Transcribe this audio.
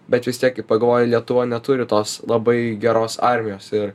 bet vis tiek kai pagalvoji lietuva neturi tos labai geros armijos ir